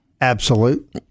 absolute